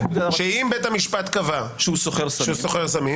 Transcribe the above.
-- שאם בית המשפט קבע שהוא סוחר סמים,